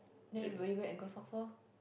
then everybody wear ankle socks loh